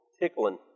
tickling